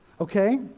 Okay